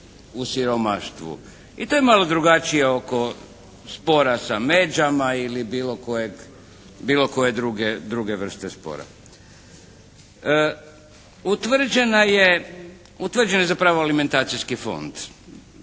u siromaštvu i to je malo drugačije oko spora sa međama ili bilo koje druge vrste spora. Utvrđen je zapravo alimentacijski fond.